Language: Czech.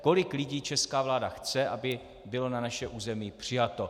Kolik lidí česká vláda chce, aby bylo na naše území přijato.